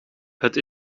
het